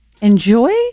enjoy